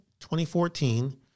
2014